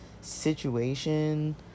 situation